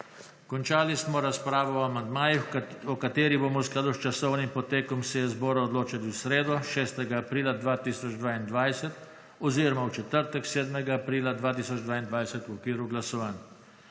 Končali smo razpravo o amandmajih o katerih bomo v skladu s časovnim potekom seje zbora odločali v sredo, 6. aprila 2022 oziroma v četrtek, 7. aprila 2022 v okviru glasovanj.